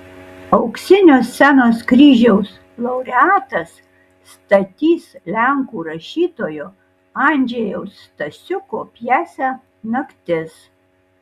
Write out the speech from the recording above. auksinio scenos kryžiaus laureatas statys lenkų rašytojo andžejaus stasiuko pjesę naktis